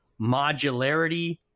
modularity